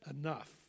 Enough